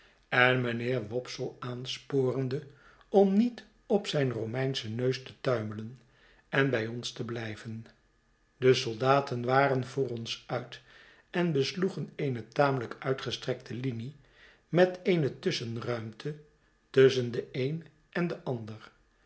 en mijnheer wopsle aansporende om niet op zijn romeinschen neus te tuimelen en bij ons te blijven de soldaten waren voor ons uit en besloegen eene tamelijk uitgestrekte linie met eene tusschenruimte tusschen den een en den ander